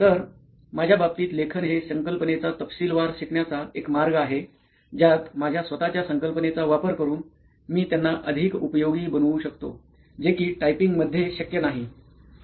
तर माझ्याबाबतीत लेखन हे संकल्पनेचा तपशीलवार शिकण्याचा एक मार्ग आहे ज्यात माझ्या स्वतःच्या संकल्पनेचा वापर करून मी त्याना अधिक उपयोगी बनवू शकतो जे कि टायपिंगमधेय शक्य नाही